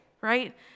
right